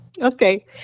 Okay